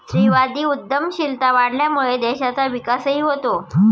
स्त्रीवादी उद्यमशीलता वाढल्यामुळे देशाचा विकासही होतो